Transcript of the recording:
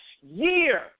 year